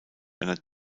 einer